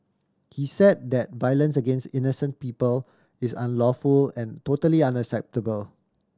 he said that violence against innocent people is unlawful and totally unacceptable